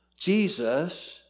Jesus